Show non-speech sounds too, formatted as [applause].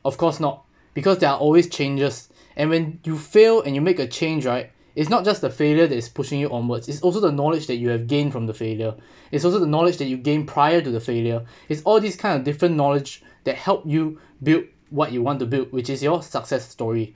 of course not because they're always changes and when you fail and you make a change right it's not just the failure that is pushing you onwards its also the knowledge that you have gained from the failure [breath] its also the knowledge that you gain prior to the failure [breath] its all these kind of different knowledge that help you build what you want to build which is your success story